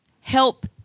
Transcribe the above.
help